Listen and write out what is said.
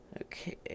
Okay